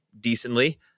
decently